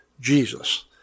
Jesus